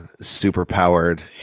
super-powered